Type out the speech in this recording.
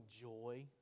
joy